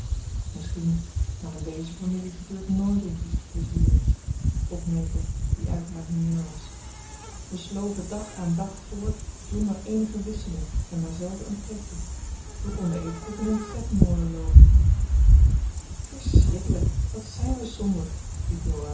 misschien maar in deze familie gebeurt nooit eens iets plezierigs vond meta die uit haar humeur was wij sloven dag aan dag voort zonder eenige wisseling en maar zelden een pretje we konden evengoed in een tredmolen loopen verschrikkelijk wat zijn we